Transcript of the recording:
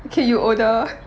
okay you older